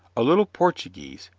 a little portuguese,